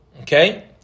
Okay